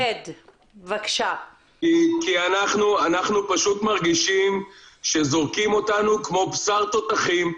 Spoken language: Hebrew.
אנחנו פשוט מרגישים שזורקים אותנו כמו בשר תותחים,